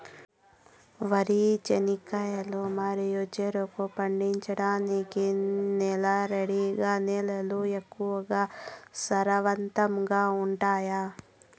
వరి, చెనక్కాయలు మరియు చెరుకు పండించటానికి నల్లరేగడి నేలలు ఎక్కువగా సారవంతంగా ఉంటాయా?